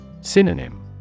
Synonym